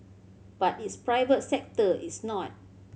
but its private sector is not